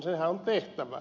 sehän on tehtävä